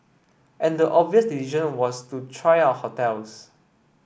and the obvious decision was to try out hotels